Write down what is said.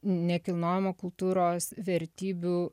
nekilnojamo kultūros vertybių